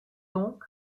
donc